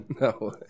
No